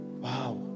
Wow